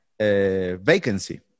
vacancy